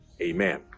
Amen